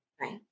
Right